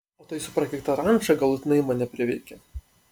o ta jūsų prakeikta ranča galutinai mane priveikė